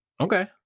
Okay